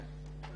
אני